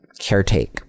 caretake